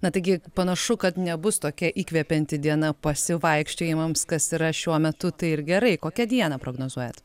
na taigi panašu kad nebus tokia įkvepianti diena pasivaikščiojimams kas yra šiuo metu tai ir gerai kokią dieną prognozuojat